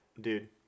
dude